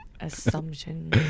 Assumption